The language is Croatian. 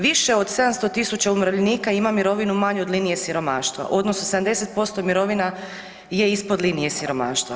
Više od 700 000 umirovljenika ima mirovinu manju od linije siromaštva, odnosno 70% mirovina je ispod linije siromaštva.